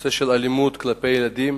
הנושא של אלימות כלפי ילדים,